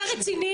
אתה רציני?